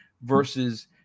versus